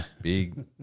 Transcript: big